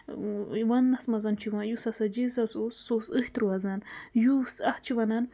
ونٛنَس منٛز چھُ یِوان یُس ہسا جیزَس اوس سُہ اوس أتھۍ روزان یوٗس اَتھ چھِ وَنان